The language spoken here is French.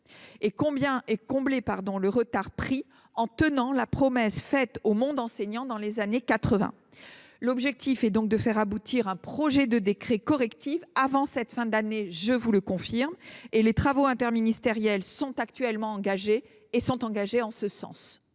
situation et combler le retard pris en tenant la promesse faite au monde enseignant dans les années 1980. L’objectif est donc de faire aboutir un projet de décret correctif avant la fin de l’année – je vous le confirme –, et les travaux interministériels sont engagés en ce sens.